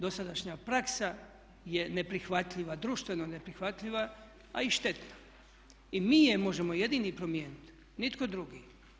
Dosadašnja praksa je neprihvatljiva, društveno neprihvatljiva a i štetna i mi je možemo jedini promijeniti, nitko drugi.